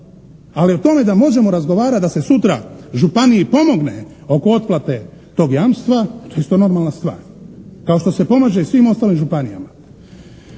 Ali o tome da možemo razgovarati da se sutra županiji pomogne oko otplate tog jamstva, to je isto normalna stvar, kao što se pomaže svim ostalim županijama.